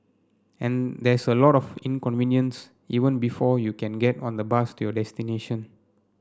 and there's a lot of inconvenience even before you can get on the bus to your destination